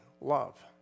love